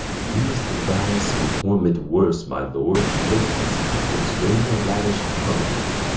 you must devise some torment worse, my lord, to make these captives rein their lavish tongues.